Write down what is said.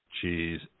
Cheese